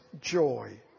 joy